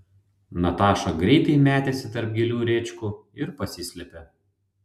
nataša greitai metėsi tarp gėlių rėčkų ir pasislėpė